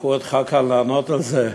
ששלחו אותך לכאן לענות על זה.